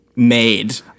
Made